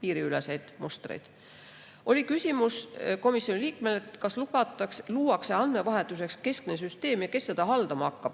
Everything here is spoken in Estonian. piiriüleseid mustreid. Oli küsimus komisjoni liikmelt, kas andmevahetuseks luuakse keskne süsteem ja kes seda haldama hakkab.